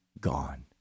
gone